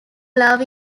love